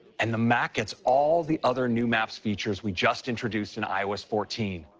and the mac gets all the other new maps features we just introduced in ios fourteen.